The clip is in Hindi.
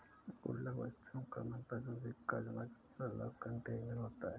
गुल्लक बच्चों का मनपंसद सिक्का जमा करने वाला कंटेनर होता है